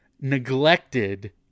neglected